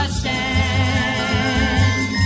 stand